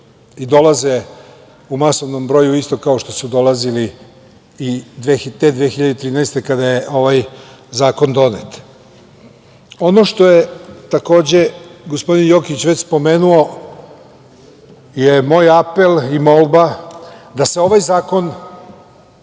i dolaze u masovnom broju, isto kao što su dolazili i te 2013. godine, kada je ovaj zakon donet. Ono što je takođe gospodin Jokić već spomenuo je moj apel i molba da se ovaj zakon